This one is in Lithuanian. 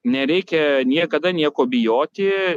nereikia niekada nieko bijoti